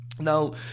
Now